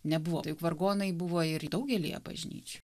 nebuvo taip vargonai buvo ir daugelyje bažnyčių